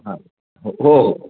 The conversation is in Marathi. हां हो हो